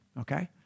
okay